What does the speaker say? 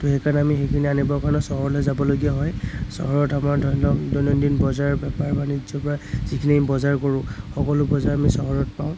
ত' সেইকাৰণে আমি সেইখিনি আনিবৰ কাৰণে চহৰলৈ যাবলগীয়া হয় চহৰত আমাৰ ধৰি লওক দৈনন্দিন বজাৰ বেপাৰ বাণিজ্যৰ পৰা যিখিনি বজাৰ কৰোঁ সকলো বজাৰ আমি চহৰত পাওঁ